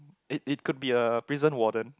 it it could be a prison warden